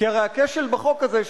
כי הרי הכשל בחוק הזה הוא,